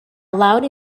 allowed